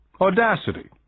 audacity